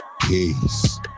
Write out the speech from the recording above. peace